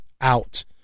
out